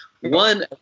One